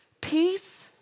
peace